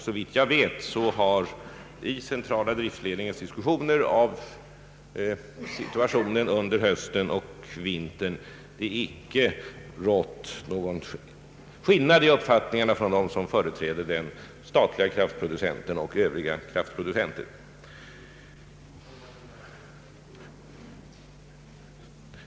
Såvitt jag vet har vid centrala driftledningens diskussioner av situationen under hösten och vintern det inte rått någon skillnad i uppfattningarna mellan dem som företrätt den statliga kraftproducenten och övriga kraftproducenter.